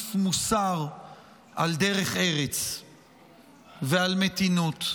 ומטיף מוסר על דרך ארץ ועל מתינות.